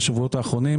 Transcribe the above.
בשבועות האחרונים,